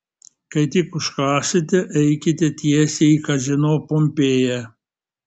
kai tik užkąsite eikite tiesiai į kazino pompėja